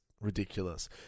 ridiculous